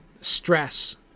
stress